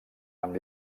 amb